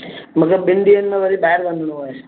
मूंखे ॿिनि ॾींहंनि में वरी ॿाहिरि वञिणो आहे